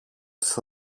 τους